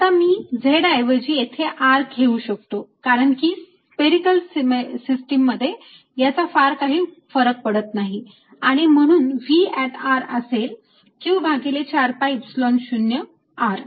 आता मी z ऐवजी येथे R घेऊ शकतो कारण की स्पेरिकेल सिस्टीम मध्ये याचा फार काही फरक पडत नाही आणि म्हणून V असेल Q भागिले 4 pi Epsilon 0 R